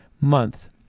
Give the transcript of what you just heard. month